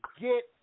get